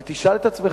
אבל תשאל את עצמך,